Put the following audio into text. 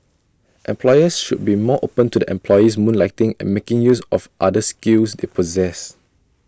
employers should be more open to their employees moonlighting and making use of other skills they possess